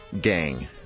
Gang